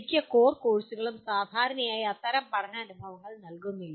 മിക്ക കോർ കോഴ്സുകളും സാധാരണയായി അത്തരം പഠന അനുഭവങ്ങൾ നൽകുന്നില്ല